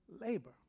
labor